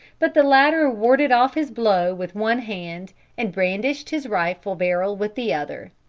but the latter warded off his blow with one hand and brandished his rifle barrel with the other.